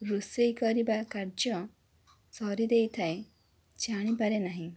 ରୋଷେଇ କରିବା କାର୍ଯ୍ୟ ସାରି ଦେଇଥାଏ ଜାଣିପାରେ ନାହିଁ